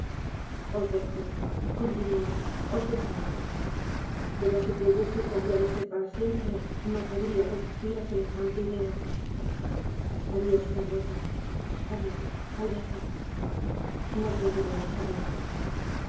os dejo continué os dejo ahora pero si creyese que había de ser para siempre no podría resistir á semejante idea adiós carlota adiós alberto nos volveremos á ver